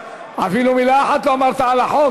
אפילו מילה אחת לא אמרת על החוק.